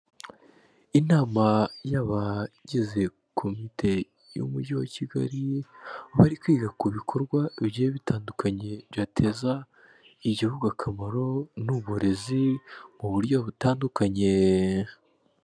Inama y'abagize komite y'umujyi wa Kigali, bari kwiga ku bikorwa bigiye bitandukanye byateza igihugu akamaro n'uburezi, mu buryo butandukanye.